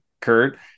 Kurt